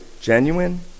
genuine